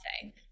say